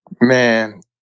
Man